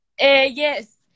Yes